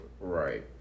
Right